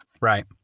Right